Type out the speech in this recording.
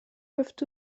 peuvent